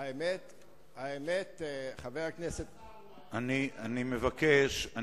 וחבר הכנסת הנכבד דהיום,